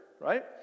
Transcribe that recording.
right